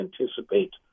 anticipate